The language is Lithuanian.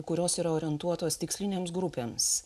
kurios yra orientuotos tikslinėms grupėms